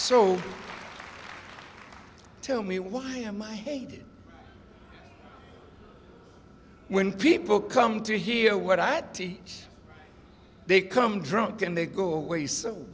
so tell me what am i hated when people come to hear what i had to they come drunk and they go away so